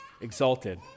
exalted